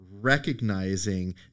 recognizing